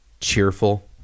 cheerful